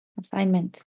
Assignment